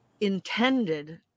intended